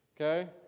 okay